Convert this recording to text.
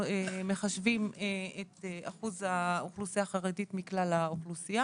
אנו מחשבים את אחוז האוכלוסייה החרדית מכלל האוכלוסייה.